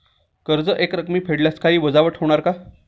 कर्ज एकरकमी फेडल्यास काही वजावट होणार का?